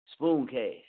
Spooncast